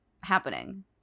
happening